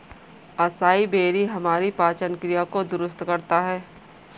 acai berry हमारी पाचन क्रिया को दुरुस्त करता है